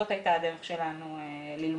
זו הייתה הדרך שלנו ללמוד.